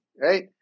right